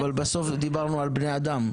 אבל בסוף דיברנו על בני אדם.